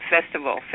Festival